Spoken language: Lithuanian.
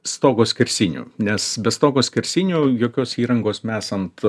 stogo skersinių nes be stogo skersinių jokios įrangos mes ant